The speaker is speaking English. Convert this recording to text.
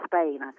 Spain